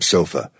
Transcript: Sofa